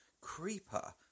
Creeper